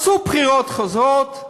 עשו בחירות חוזרות.